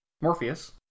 Morpheus